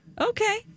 Okay